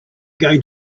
going